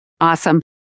Awesome